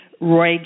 Roy